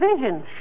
vision